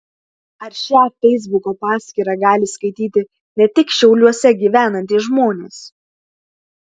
ar šią feisbuko paskyrą gali skaityti ne tik šiauliuose gyvenantys žmonės